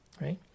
right